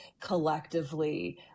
collectively